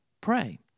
pray